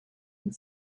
and